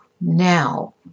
now